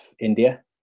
India